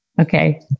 Okay